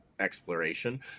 exploration